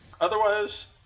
Otherwise